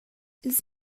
ils